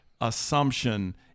assumption